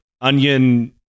onion